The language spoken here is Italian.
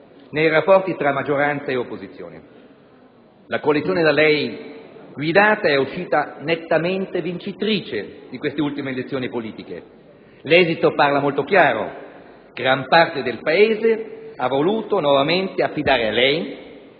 nei rapporti tra maggioranza e opposizione. La coalizione da lei guidata è uscita nettamente vincitrice dalle ultime elezioni politiche. L'esito parla molto chiaro: gran parte del Paese ha voluto nuovamente affidare a lei